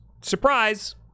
surprise